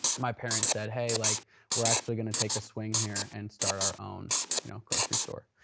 my parents said hey, like we're actually gonna take a swing here and start our own you know grocery store.